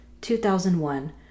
2001